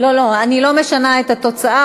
משנה את התוצאה,